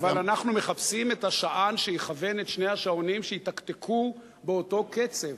אבל אנחנו מחפשים את השען שיכוון את שני השעונים שיתקתקו באותו קצב.